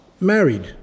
married